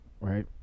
right